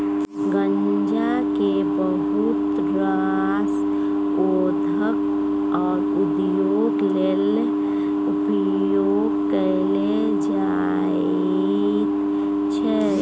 गांजा केँ बहुत रास ओषध आ उद्योग लेल उपयोग कएल जाइत छै